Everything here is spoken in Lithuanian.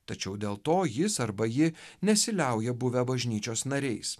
tačiau dėl to jis arba ji nesiliauja buvę bažnyčios nariais